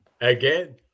Again